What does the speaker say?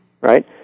right